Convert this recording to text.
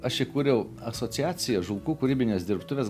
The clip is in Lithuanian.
aš įkūriau asociaciją žulkų kūrybinės dirbtuvės